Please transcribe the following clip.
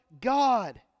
God